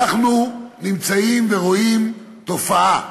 אנחנו רואים תופעה: